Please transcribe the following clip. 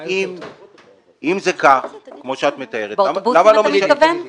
אם זה כך, כמו שאת מתארת, למה לא משנים?